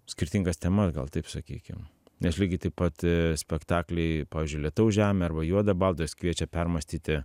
skirtingas temas gal taip sakykim nes lygiai taip pat spektakliai pavyzdžiui lietaus žemė arba juoda balta jos kviečia permąstyti